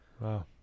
wow